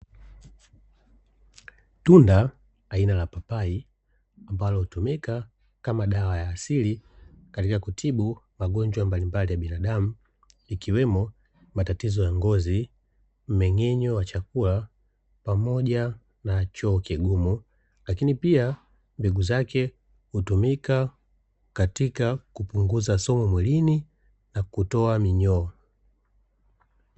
Tunda aina ya papai ambalo hutumika kama dawa ya asili katika kutibu magonjwa mbalimbali ya binadamu, ikiwemo; matatizo ya ngozi, mmeng'enyo wa chakula pamoja na choo kigumu, lakini pia mbegu zake hutumika katika kupunguza sumu mwilini na kutoa minyoo.